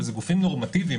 אלה גופים נורמטיביים,